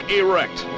erect